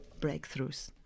breakthroughs